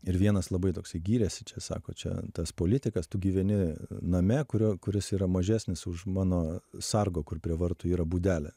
ir vienas labai toksai gyrėsi čia sako čia tas politikas tu gyveni name kurio kuris yra mažesnis už mano sargo kur prie vartų yra būdelė